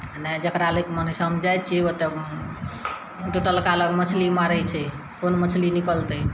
आ नहि जेकरा लै कऽ मोन होइ छै हम जाइ छियै ओतऽ टोटलका लग मछली मारै छै कुन मछली निकलतै